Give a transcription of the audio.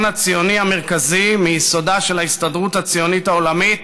בארכיון הציוני המרכזי מייסודה של ההסתדרות הציונית העולמית,